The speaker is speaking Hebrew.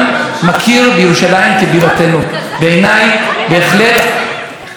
בהחלט דברי הנביאים יוצאים מתוך הספר ומתממשים במציאות.